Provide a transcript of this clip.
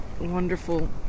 wonderful